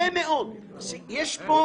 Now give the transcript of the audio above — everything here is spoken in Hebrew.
קיימת